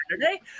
Saturday